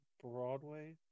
Broadway